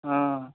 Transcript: हँ